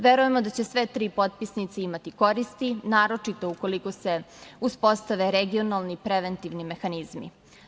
Verujemo da će sve tri potpisnice imati koristi, naročito ukoliko se uspostave regionalni preventivni mehanizmi.